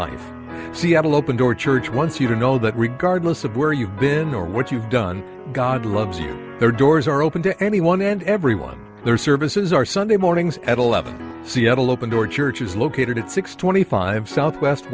one seattle open door church wants you to know that regardless of where you've been or what you've done god loves their doors are open to anyone and everyone we won their services are sunday mornings at eleven seattle open door church is located at six twenty five south west